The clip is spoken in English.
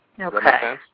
Okay